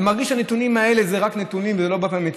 ומרגיש שהנתונים האלה הם רק נתונים ולא אמת.